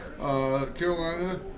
Carolina